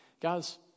guys